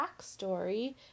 backstory